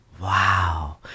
Wow